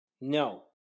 No